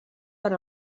per